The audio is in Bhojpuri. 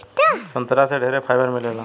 संतरा से ढेरे फाइबर मिलेला